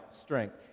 strength